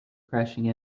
crashing